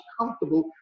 comfortable